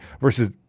versus